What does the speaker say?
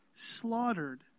Slaughtered